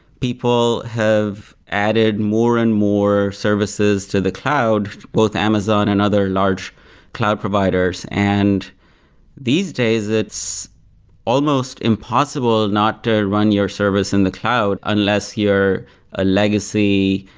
people have added more and more services to the cloud, both amazon and other large cloud providers. and these days, it's almost impossible not to run your service in the cloud unless you're a legacy,